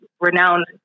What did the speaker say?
renowned